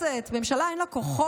כי בעולמכם המעוות אתם לא אחראים לכלום.